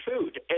food